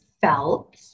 felt